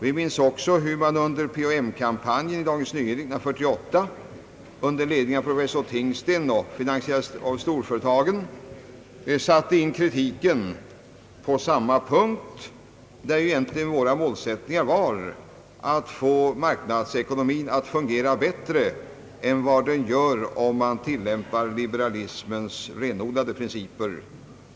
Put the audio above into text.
Vi minns också hur man i PHM-kampanjen i Dagens Nyheter 1948 under ledning av professor Tingsten vid sidan av en propaganda som var finansierad av storföretagen satte in kritiken på samma punkt. Våra målsättningar var egentligen att få marknadsekonomin att fungera bättre än den gör om man tillämpar liberalismens renodlade principer.